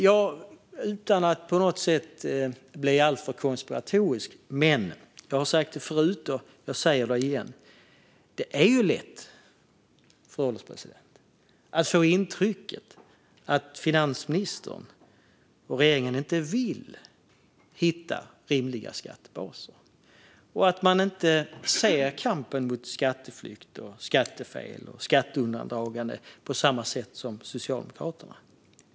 Jag ska inte bli alltför konspiratorisk, men jag har sagt det förut och säger det igen, fru ålderspresident: Det är lätt att få intrycket att finansministern och regeringen inte vill hitta rimliga skattebaser och att man inte ser på kampen mot skatteflykt, skattefel och skatteundandragande på samma sätt som Socialdemokraterna.